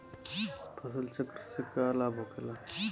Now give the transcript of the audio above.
फसल चक्र से का लाभ होखेला?